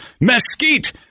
mesquite